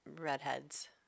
redheads